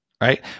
right